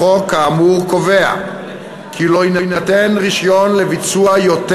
לחוק האמור קובע כי לא יינתן רישיון לביצוע יותר